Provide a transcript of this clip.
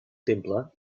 temple